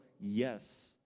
yes